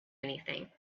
anything